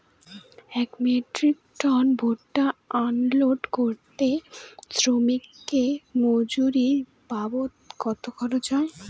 এক metric ton ভুট্টা unload করতে শ্রমিকের মজুরি বাবদ কত খরচ হয়?